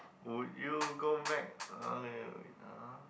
would you go back uh